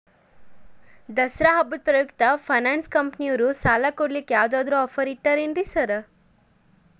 ದಸರಾ ಹಬ್ಬದ ಪ್ರಯುಕ್ತ ಫೈನಾನ್ಸ್ ಕಂಪನಿಯವ್ರು ಸಾಲ ಕೊಡ್ಲಿಕ್ಕೆ ಯಾವದಾದ್ರು ಆಫರ್ ಇಟ್ಟಾರೆನ್ರಿ ಸಾರ್?